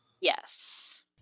Yes